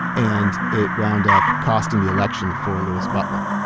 and it wound up costing the election for louis butler.